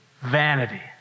vanity